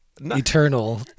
eternal